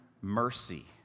mercy